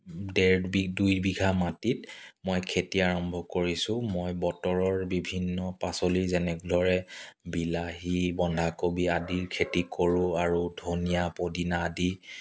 ডেৰ দুইবিঘা মাটিত মই খেতি আৰম্ভ কৰিছোঁ মই বতৰৰ বিভিন্ন পাচলি যেনেদৰে বিলাহী বন্ধাকবি আদিৰ খেতি কৰোঁ আৰু ধনিয়া পদিনা আদি